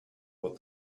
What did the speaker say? what